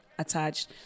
attached